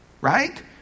Right